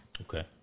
Okay